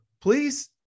Please